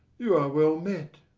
you are well met.